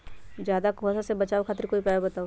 ज्यादा कुहासा से बचाव खातिर कोई उपाय बताऊ?